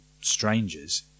strangers